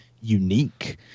unique